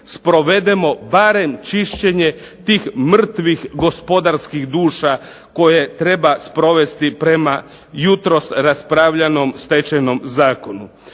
sprovedemo barem čišćenje tih mrtvih gospodarskih duša koje treba sprovesti prema jutros raspravljanom Stečajnom zakonu.